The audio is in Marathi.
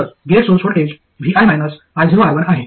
तर gate source voltage vi -ioR1 आहे